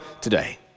today